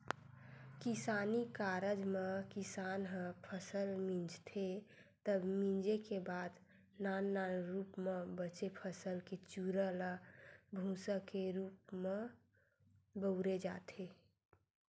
किसानी कारज म किसान ह फसल मिंजथे तब मिंजे के बाद नान नान रूप म बचे फसल के चूरा ल भूंसा के रूप म बउरे जाथे